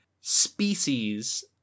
species